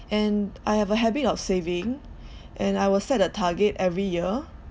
and I have a habit of saving and I will set a target every year